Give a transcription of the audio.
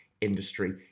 industry